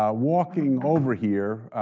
ah walking over here,